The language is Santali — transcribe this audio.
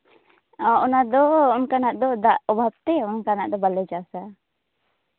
ᱚ ᱚᱱᱟᱫᱚ ᱚᱱᱠᱟᱱᱟᱜ ᱫᱚ ᱫᱟᱜ ᱚᱵᱷᱟᱵ ᱛᱮ ᱚᱱᱠᱟᱱᱟᱜ ᱫᱚ ᱵᱟᱞᱮ ᱪᱟᱥᱼᱟ